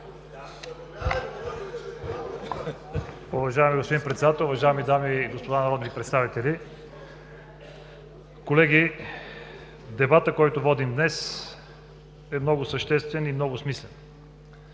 Уважаеми господин Председател, уважаеми дами и господа народни представители! Колеги, дебатът, който водим днес, е много съществен и много смислен,